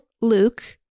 Luke